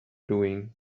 doing